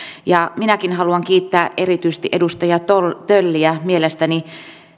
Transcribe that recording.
ja minäkin haluan kiittää erityisesti edustaja tölliä mielestäni